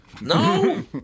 No